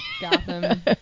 Gotham